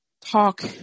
talk